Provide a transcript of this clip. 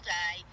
day